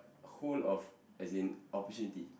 hole of as in opportunity